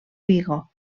vigo